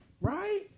right